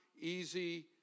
easy